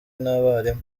n’abarimu